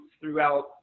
throughout